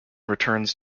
returns